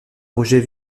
projet